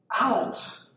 out